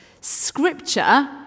Scripture